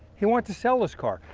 he wants to sell this car.